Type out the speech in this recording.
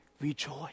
Rejoice